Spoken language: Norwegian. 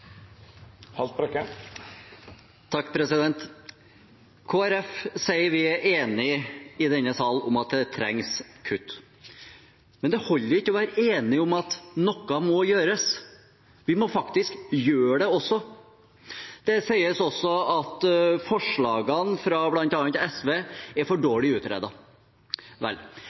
Haltbrekken har hatt ordet to gonger tidlegare og får ordet til ein kort merknad, avgrensa til 1 minutt. Kristelig Folkeparti sier vi er enige i denne sal om at det trengs kutt. Men det holder ikke å være enige om at noe må gjøres. Vi må faktisk gjøre det også. Det sies også at forslagene fra